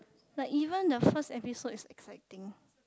like even the first episode is exciting